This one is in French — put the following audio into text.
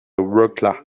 wrocław